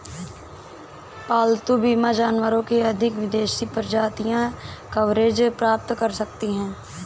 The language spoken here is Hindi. पालतू बीमा जानवरों की अधिक विदेशी प्रजातियां कवरेज प्राप्त कर सकती हैं